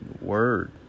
Word